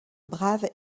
brave